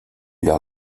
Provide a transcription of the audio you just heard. leur